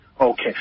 Okay